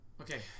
Okay